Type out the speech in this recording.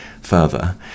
further